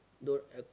don't